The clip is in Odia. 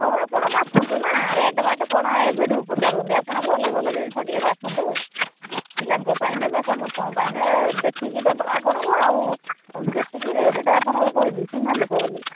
ହଉ ଆପଣ ବାଛନ୍ତୁ ନା ରେଟ୍ ବାଟ କ'ଣ ଏବେଠୁ ପଚାରୁନ୍ତି ଆପଣ ଭଲ ଭଲ ଜିନିଷ ଟିକେ ବାଛନ୍ତୁ ପିଲାଙ୍କ ପାଇଁ ନେବେ ସମସ୍ତଙ୍କ ପାଇଁନେ ଦେଖିକି ଦେବା ଆପଣଙ୍କୁ ଆଉ ଯେତିକି ରେଟ୍ଟା ଆପଣଙ୍କୁ କହିଲି ଚିହ୍ନା ଲୋକ ବୋଲି